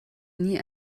nie